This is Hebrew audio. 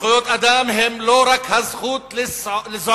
שזכויות אדם הן לא רק הזכות לזעוק,